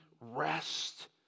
rest